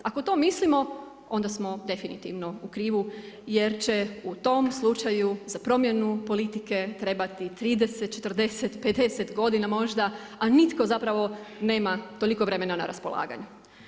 Ako to mislimo onda smo definitivno u krivu jer će u tom slučaju za promjenu politike trebati 30, 40, 50 godina možda a nitko zapravo nema toliko vremena na raspolaganju.